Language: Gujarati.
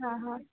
હા હા